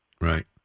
right